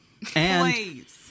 Please